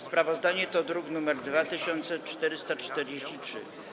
Sprawozdanie to druk nr 2443.